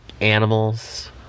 animals